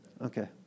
Okay